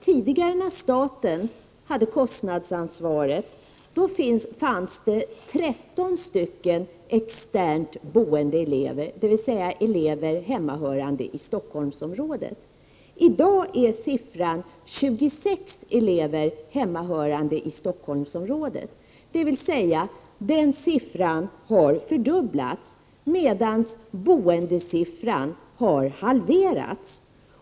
Tidigare, när staten hade kostnadsansvaret, fanns det 13 stycken externt boende elever, dvs. elever hemmahörande i Stockholmsområdet. I dag är antalet 26 elever hemmahörande i Stockholmsområdet, dvs. den siffran har fördubblats, medan boendesiffran har halverats.